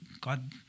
God